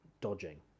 dodging